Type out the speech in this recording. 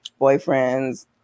boyfriends